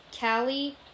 callie